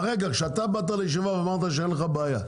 כשאתה באת לישיבה ואמרת שאין לך בעיה,